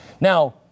Now